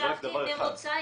זה רק דבר אחד.